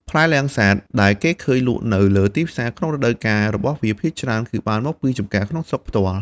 ផ្លែលាំងសាតដែលគេឃើញលក់នៅលើទីផ្សារក្នុងរដូវកាលរបស់វា ភាគច្រើនគឺបានមកពីចម្ការក្នុងស្រុកផ្ទាល់។